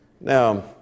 Now